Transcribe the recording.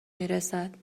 میرسد